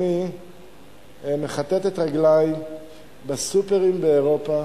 מכתת את רגלי בסופרים באירופה